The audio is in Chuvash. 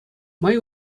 май